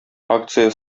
акция